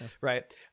Right